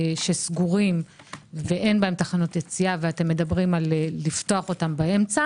שסגורים ואין בהם תחנות יציאה ואתם מדברים על לפתוח אותם באמצע